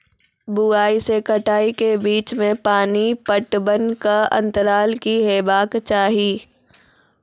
बुआई से कटाई के बीच मे पानि पटबनक अन्तराल की हेबाक चाही?